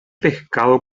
pescado